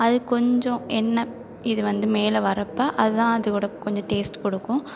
அது கொஞ்சம் எண்ணெய் இது வந்து மேல வரப்ப அது தான் அதோட கொஞ்சம் டேஸ்ட் கொடுக்கும்